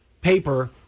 paper